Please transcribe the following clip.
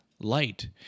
light